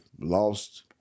lost